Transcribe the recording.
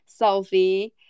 selfie